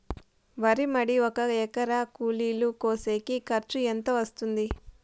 వరి మడి ఒక ఎకరా కూలీలు కోసేకి ఖర్చు ఎంత వస్తుంది?